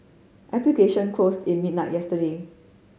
application closed in midnight yesterday